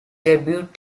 debut